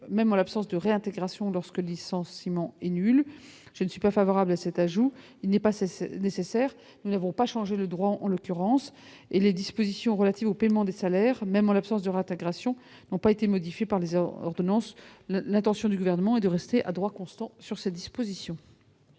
même en l'absence de réintégration lorsque le licenciement est nul, je ne suis pas favorable à cet âge où il n'est pas ça c'est nécessaire, nous n'avons pas changé le droit, en l'occurrence et les dispositions relatives au paiement des salaires, même en l'absence de rata Gration n'ont pas été modifiées par les ordonnances l'intention du gouvernement et de rester à droit constant sur cette disposition.